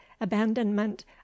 abandonment